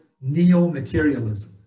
neo-materialism